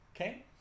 Okay